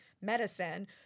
medicine